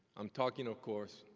i'm talking, of course,